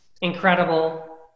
incredible